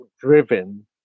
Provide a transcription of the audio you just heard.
driven